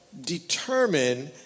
determine